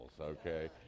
okay